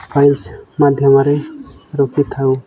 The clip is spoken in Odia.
ଫାଇଲ୍ସ ମାଧ୍ୟମରେ ରଖିଥାଉ